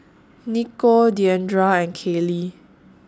Nikko Deandra and Kaley